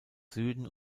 süden